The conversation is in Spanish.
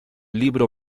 libro